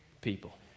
people